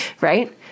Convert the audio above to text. right